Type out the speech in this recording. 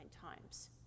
times